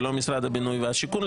זה לא משרד הבינוי והשיכון,